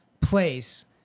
place